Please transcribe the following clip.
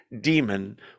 demon